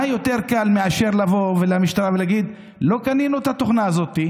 מה יותר קל מאשר לבוא ולמשטרה ולהגיד: לא קנינו את התוכנה הזאת,